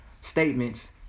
statements